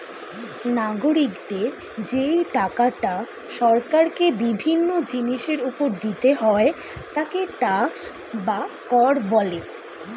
নাগরিকদের যেই টাকাটা সরকারকে বিভিন্ন জিনিসের উপর দিতে হয় তাকে ট্যাক্স বা কর বলে